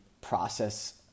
process